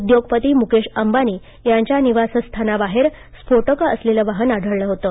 उद्योगपती मुकेश अंबानी यांच्या निवासस्थानाबाहेर स्फोटक असलेलं वाहन मिळालं होतं